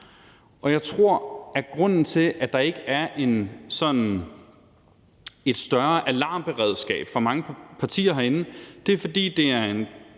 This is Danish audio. Jeg tror, at grunden til, at der ikke er et større alarmberedskab hos mange partier herinde, er, at det er en